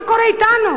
מה קורה אתנו?